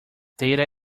data